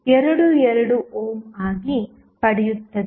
22 ohm ಆಗಿ ಪಡೆಯುತ್ತದೆ